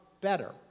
better